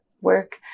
work